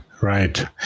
Right